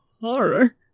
horror